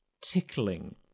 tickling